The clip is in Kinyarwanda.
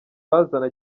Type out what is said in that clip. bazana